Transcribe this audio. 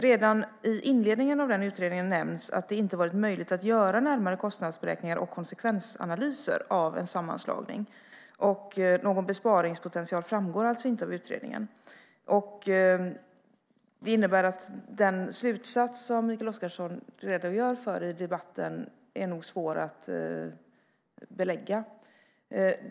Redan i inledningen av den utredningen nämns att det inte har varit möjligt att göra närmare kostnadsberäkningar och konsekvensanalyser av en sammanslagning. Någon besparingspotential framgår alltså inte av utredningen. Det innebär att den slutsats som Mikael Oscarsson redogör för i debatten nog är svår att belägga.